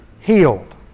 healed